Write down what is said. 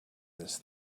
this